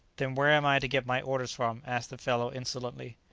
then where am i to get my orders from? asked the fellow insolently.